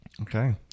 okay